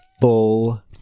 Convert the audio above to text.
full